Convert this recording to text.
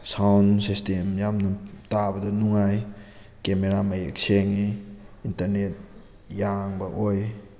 sound system ꯌꯥꯝꯅ ꯇꯥꯕꯗ ꯅꯨꯡꯉꯥꯏ ꯀꯦꯃꯦꯔꯥ ꯃꯌꯦꯛ ꯁꯦꯡꯉꯤ ꯏꯟꯇꯔꯅꯦꯠ ꯌꯥꯡꯕ ꯑꯣꯏ